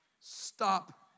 Stop